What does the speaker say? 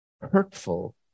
hurtful